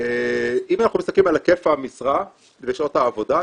אם אנחנו מסתכלים על היקף המשרה ושעות העבודה,